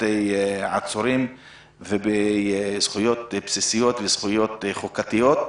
עצורים ובזכויות בסיסיות שהן זכויות חוקתיות.